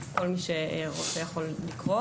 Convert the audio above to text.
כל מי שרוצה יכול לקרוא.